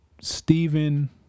Stephen